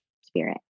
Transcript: spirit